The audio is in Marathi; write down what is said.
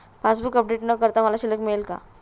पासबूक अपडेट न करता मला शिल्लक कळेल का?